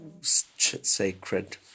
sacred